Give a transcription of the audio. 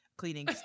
Cleaning